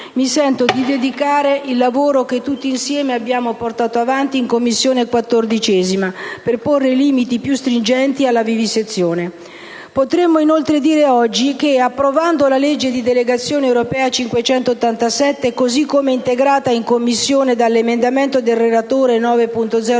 mi sento di dedicare il lavoro che tutti insieme abbiamo portato avanti in 14a Commissione per porre limiti più stringenti alla vivisezione. Potremmo inoltre dire oggi che, approvando il disegno di legge di delegazione europea n. 587, così come integrata in Commissione dall'emendamento del relatore 9.0.11